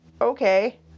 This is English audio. okay